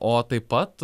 o taip pat